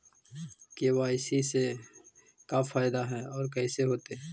KYC से का फायदा है और कैसे होतै?